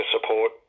support